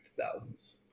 thousands